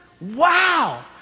Wow